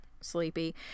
sleepy